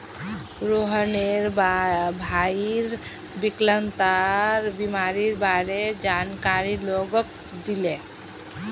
रोहनेर भईर विकलांगता बीमारीर बारे जानकारी लोगक दीले